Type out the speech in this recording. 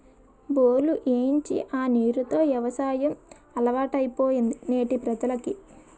బోర్లు ఏయించి ఆ నీరు తో యవసాయం అలవాటైపోయింది నేటి ప్రజలకి